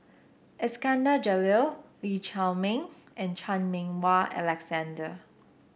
Iskandar Jalil Lee Chiaw Meng and Chan Meng Wah Alexander